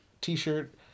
T-shirt